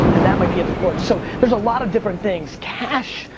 and that might be at the core. so there's a lot of different things. cash,